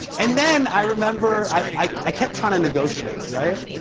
and then i remember, i kept trying to negotiate, right?